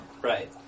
Right